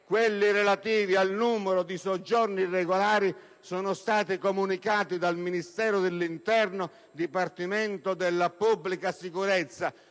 quelli relativi al numero di soggiorni irregolari sono stati comunicati dal Ministero dell'interno-Dipartimento della pubblica sicurezza;